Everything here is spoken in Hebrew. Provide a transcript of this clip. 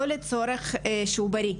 לא לצורך מזון בריא,